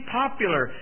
popular